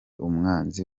umwanzi